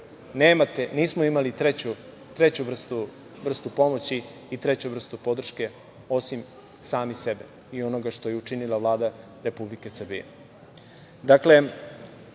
državama. Nismo imali treću vrstu pomoći i treću vrstu podrške osim sami sebe i onoga što je učinila Vlada Republike